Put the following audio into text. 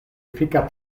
efika